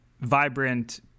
vibrant